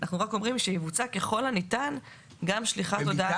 אנחנו רק אומרים שתבוצע "ככל הניתן" גם שליחת הודעה מקוונת.